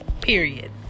Period